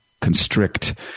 constrict